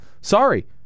Sorry